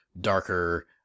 darker